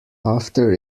after